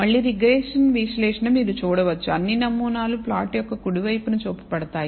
మళ్ళీ రిగ్రెషన్ విశ్లేషణ మీరు చూడవచ్చు అన్ని నమూనాలు ప్లాట్ యొక్క కుడి వైపున చూపబడతాయి